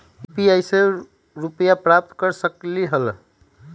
UPI से रुपए प्राप्त कर सकलीहल?